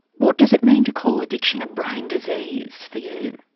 what does it mean to call addiction a brain disease, for you?